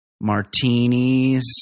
Martinis